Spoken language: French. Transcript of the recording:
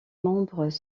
membres